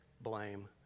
blame